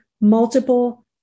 multiple